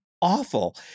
awful